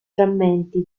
frammenti